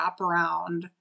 wraparound